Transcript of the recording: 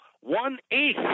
one-eighth